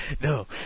no